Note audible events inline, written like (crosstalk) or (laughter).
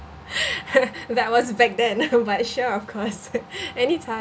(laughs) that was back then but sure of course anytime